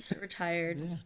retired